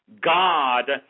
God